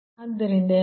ಆದ್ದರಿಂದ FiPgiPgi